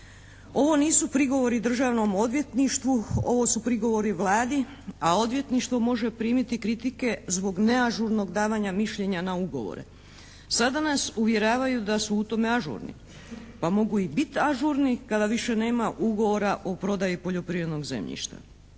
Ovo nisu prigovori Državnom odvjetništvu. Ovo su prigovori Vladi, a odvjetništvo može primiti kritike zbog neažurnog davanja mišljenja na ugovore. Sada nas uvjeravaju da su u tome ažurni. Pa mogu i biti ažurni kada više nema ugovora o prodaji poljoprivrednog zemljišta.